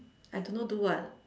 I don't know do what